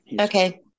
Okay